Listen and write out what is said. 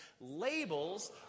Labels